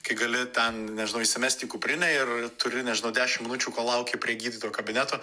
kai gali ten nežinau įsimesti į kuprinę ir turi nežinau dešim minučių kol lauki gydytojo kabineto